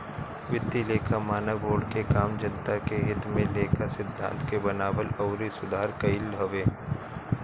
वित्तीय लेखा मानक बोर्ड के काम जनता के हित में लेखा सिद्धांत के बनावल अउरी सुधार कईल हवे